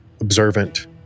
observant